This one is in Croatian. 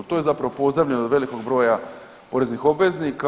To je zapravo pozdravljeno od velikog broja poreznih obveznika.